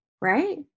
Right